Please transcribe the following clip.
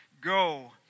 go